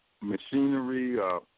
machinery